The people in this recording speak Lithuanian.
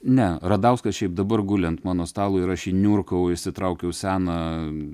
ne radauskas šiaip dabar guli ant mano stalo ir aš jį niurkau išsitraukiau seną